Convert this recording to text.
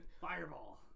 fireball